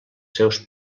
seus